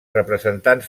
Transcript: representants